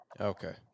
okay